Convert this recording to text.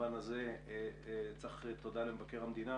במובן הזה צריך להגיד תודה למבקר המדינה